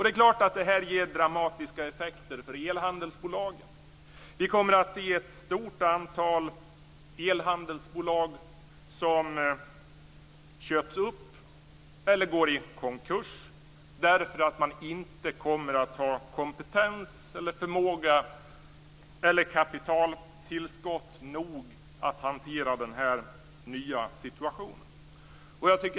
Det är klart att detta ger dramatiska effekter för elhandelsbolagen. Vi kommer att se ett stort antal elhandelsbolag som köps upp eller går i konkurs därför att de inte kommer att ha kompetens, förmåga eller kapitaltillskott nog att hantera den nya situationen.